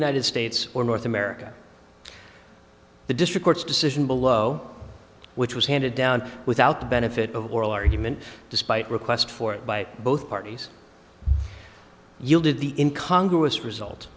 united states or north america the district court's decision below which was handed down without benefit of oral argument despite requests for it by both parties you did the in congress result